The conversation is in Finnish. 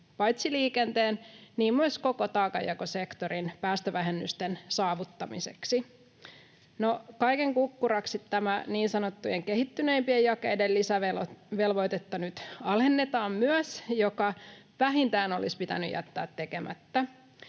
paitsi liikenteen myös koko taakanjakosektorin päästövähennysten saavuttamiseksi. Kaiken kukkuraksi tätä niin sanottujen kehittyneimpien jakeiden lisävelvoitetta nyt myös alennetaan, mikä vähintään olisi pitänyt jättää tekemättä.